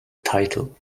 title